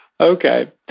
Okay